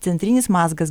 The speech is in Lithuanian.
centrinis mazgas